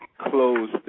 close